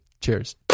Cheers